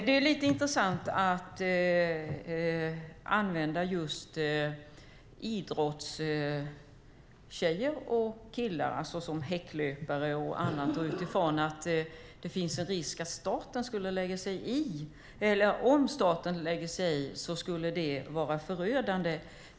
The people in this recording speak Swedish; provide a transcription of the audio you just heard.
Det är lite intressant att använda idrottstjejer och idrottskillar, alltså häcklöpare och annat, utifrån att det skulle vara förödande om staten skulle lägga sig i.